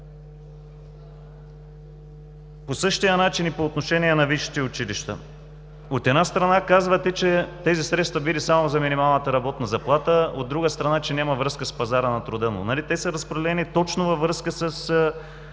По същия начин и по отношение на висшите училища. От една страна казвате, че тези средства били само за минималната работна заплата, от друга страна, че няма връзка с пазара на труда, но нали те са разпределени точно във връзка